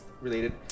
related